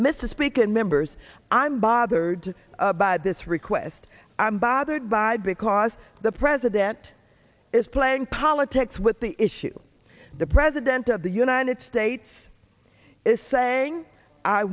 misspeak and members i'm bothered by this request i'm bothered by because the president is playing politics with the issue the president of the united states is saying i